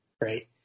Right